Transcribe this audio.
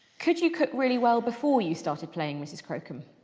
could you cook really well before you started playing mrs crocombe?